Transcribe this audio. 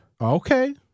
Okay